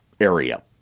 area